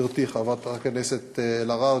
גברתי חברת הכנסת אלהרר.